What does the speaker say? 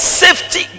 safety